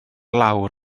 lawr